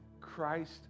Christ